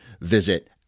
visit